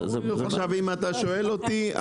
עכשיו אם אתה שואל אותי,